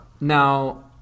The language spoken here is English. Now